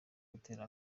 gutera